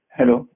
Hello